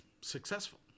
successful